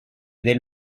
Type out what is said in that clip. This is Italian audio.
del